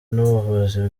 n’ubuvuzi